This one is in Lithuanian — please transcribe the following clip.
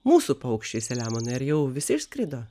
mūsų paukščiai saliamone ir jau visi išskrido